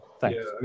Thanks